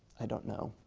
i don't know,